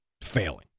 failing